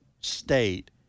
state